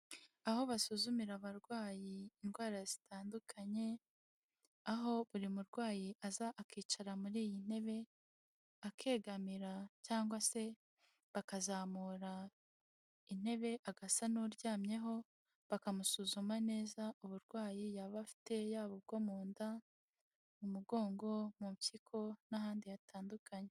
Aho basuzumira abarwayi indwara zitandukanye, aho buri murwayi aza akicara muri iyi ntebe akegamira cyangwa se bakazamura intebe agasa n'uryamyeho, bakamusuzuma neza uburwayi yaba afite, yaba ubwo mu nda, umugongo, mu mpyiko n'ahandi hatandukanye.